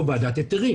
אנחנו ועדת היתרים.